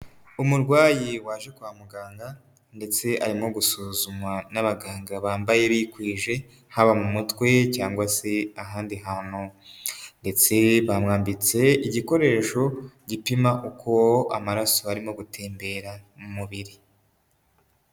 Umurwayi waje kwa muganga ndetse arimo gusuzumwa n'abaganga bambaye bikwije, haba mu mutwe cyangwa se ahandi hantu, ndetse bamwambitse igikoresho gipima uko amaraso arimo gutembera mu mubiri.